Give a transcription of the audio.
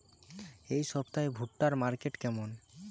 এই সপ্তাহে ভুট্টার মার্কেট কেমন?